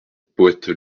poète